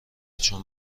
چون